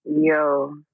Yo